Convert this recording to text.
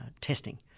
testing